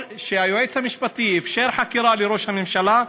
שהיועץ המשפטי אפשר חקירה של ראש הממשלה,